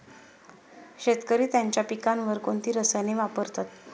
शेतकरी त्यांच्या पिकांवर कोणती रसायने वापरतात?